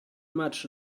much